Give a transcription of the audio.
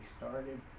started